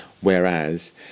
Whereas